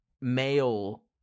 male